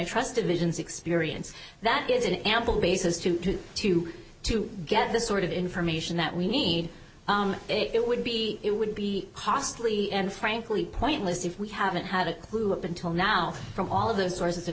trusted visions experience that is an ample basis to to to get the sort of information that we need it would be it would be costly and frankly pointless if we haven't had a clue up until now from all of those sources of